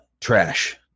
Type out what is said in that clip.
Trash